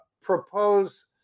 propose